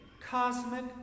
cosmic